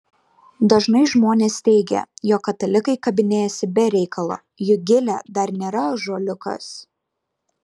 dažnai žmonės teigia jog katalikai kabinėjasi be reikalo juk gilė dar nėra ąžuoliukas